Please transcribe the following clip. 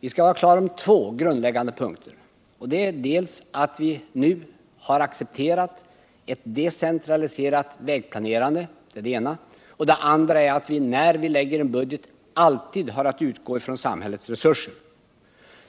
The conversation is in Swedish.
Vi skall vara på det klara med två grundläggande saker, nämligen dels att vi nu har accepterat en decentraliserad vägplanering, dels att man vid utarbetandet av en budget alltid måste ta hänsyn till samhällets resurser.